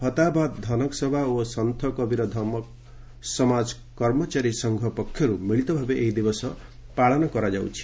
ଫତେହାବାଦ ଧନକ ସଭା ଓ ସନ୍ଥ କବୀର ଧମକ ସମାଜ କର୍ମଚାରୀ ସଂଘ ପକ୍ଷରୁ ମିଳିତଭାବେ ଏହି ଦିବସ ପାଳନ କରାଯାଉଛି